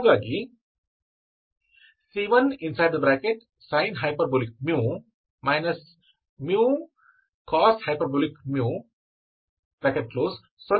ಹಾಗಾಗಿ c1sinh μx μ cosh μx ಸೊನ್ನೆ ಆಗಿರಬೇಕು